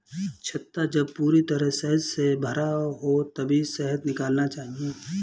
छत्ता जब पूरी तरह शहद से भरा हो तभी शहद निकालना चाहिए